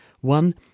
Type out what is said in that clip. one